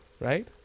right